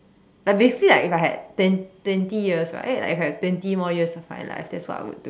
but basically like if I had like ten twenty years right like if I had twenty more years of my life that's what I would do